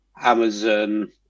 amazon